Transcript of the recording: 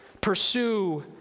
pursue